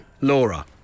Laura